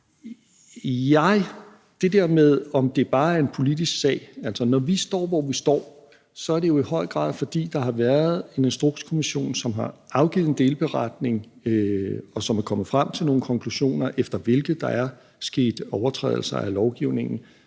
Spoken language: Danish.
Det der med, om det bare er en politisk sag: Når vi står, hvor vi står, er det jo i høj grad, fordi der har været Instrukskommissionen, som har afgivet en delberetning, og som er kommet frem til nogle konklusioner, efter hvilke der er sket overtrædelser af lovgivningen,